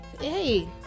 hey